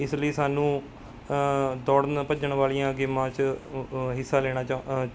ਇਸ ਲਈ ਸਾਨੂੰ ਦੌੜਨ ਭੱਜਣ ਵਾਲੀਆਂ ਗੇਮਾਂ 'ਚ ਹਿੱਸਾ ਲੈਣਾ 'ਚ